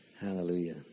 Hallelujah